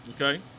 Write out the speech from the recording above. Okay